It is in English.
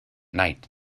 night